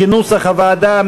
כנוסח הוועדה.